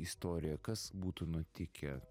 istorija kas būtų nutikę